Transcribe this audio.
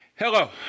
Hello